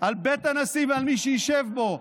על בית הנשיא ועל מי שישב בו.